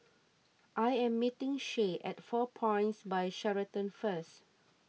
I am meeting Shay at four Points By Sheraton first